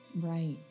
Right